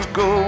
go